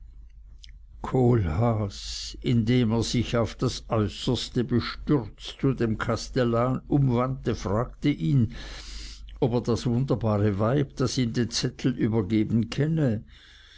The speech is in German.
kohlhaas indem er sich auf das äußerste bestürzt zu dem kastellan umwandte fragte ihn ob er das wunderbare weib das ihm den zettel übergeben kenne